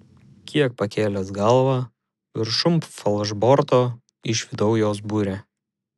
kiek pakėlęs galvą viršum falšborto išvydau jos burę